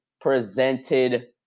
presented